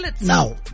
Now